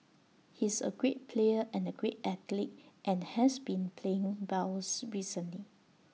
he's A great player and A great athlete and has been playing well recently